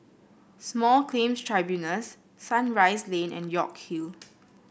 Small Claims Tribunals Sunrise Lane and York Hill